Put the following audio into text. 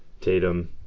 Tatum